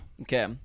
Okay